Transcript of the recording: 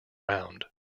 round